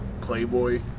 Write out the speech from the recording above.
playboy